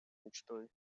мечтой